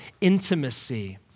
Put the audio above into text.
intimacy